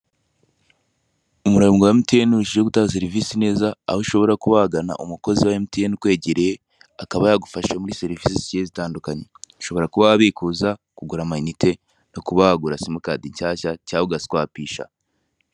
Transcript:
Umurongo wa emutiye urushijeho gutanga serivise neza aho ushobora kuba wagana umukozi wa emutiyeni ukwegereye akaba yagufasha muri serivise zigiye zitandukanye ushobora kuba wabikuza, kugura amayinite no kuba wagura simikadi nshyashya cyangwa ugaswapisha.